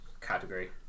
Category